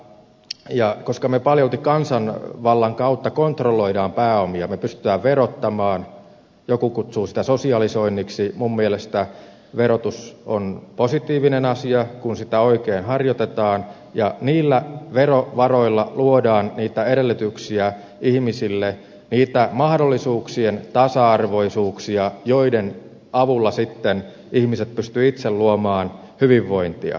ja kun me paljolti kansanvallan kautta kontrolloimme pääomia me pystymme verottamaan joku kutsuu sitä sosialisoinniksi minun mielestäni verotus on positiivinen asia kun sitä oikein harjoitetaan ja niillä verovaroilla luodaan niitä edellytyksiä ihmisille niitä mahdollisuuksien tasa arvoisuuksia joiden avulla sitten ihmiset pystyvät itse luomaan hyvinvointia